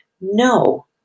No